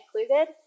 included